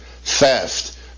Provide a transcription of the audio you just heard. theft